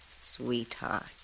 Sweetheart